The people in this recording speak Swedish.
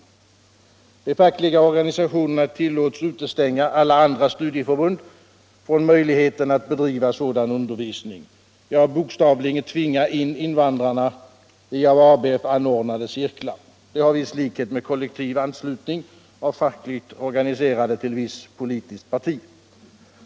De fackliga organisationerna tillåts utestänga alla andra studieförbund från möjligheten att bedriva sådan undervisning - ja, bokstavligen tvinga in invandrarna i av ABF anordnade cirklar. Det har viss likhet med kollektiv anslutning av fackligt organiserade till visst politiskt parti.